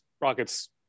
Rockets